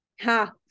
Ha